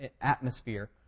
atmosphere